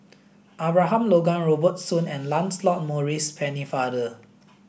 Abraham Logan Robert Soon and Lancelot Maurice Pennefather